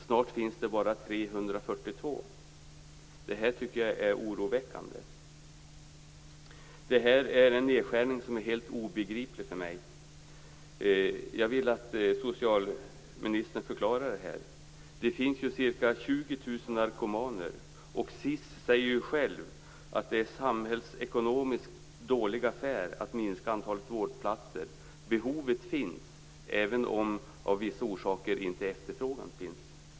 Snart finns det bara 342. Det här tycker jag är oroväckande. Det är en nedskärning som är helt obegriplig för mig. Jag vill att socialministern förklarar detta. Det finns ca 20 000 narkomaner. SIS säger självt att det är en samhällsekonomiskt dålig affär att minska antalet vårdplatser. Behovet finns, även om efterfrågan av vissa orsaker inte finns.